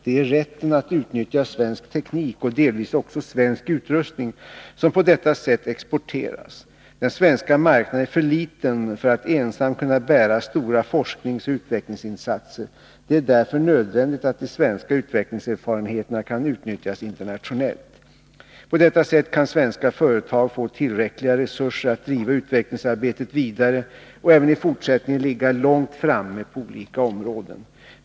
Det är rätten att utnyttja svensk teknik och delvis också svensk utrustning som på detta sätt exporteras. Den svenska marknaden är för liten för att ensam kunna bära stora forskningsoch utvecklingsinsatser. Det är därför nödvändigt att de svenska utvecklingserfarenheterna kan utnyttjas internationellt. På detta sätt kan svenska företag få tillräckliga resurser att driva utvecklingsarbetet vidare och även i fortsättningen ligga långt framme på olika områden.